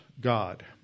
God